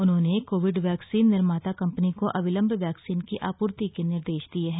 उन्होंने covid vaccine निर्माता company को अविलम्ब बैक्सीन की आपूर्ति के निर्देश दिये है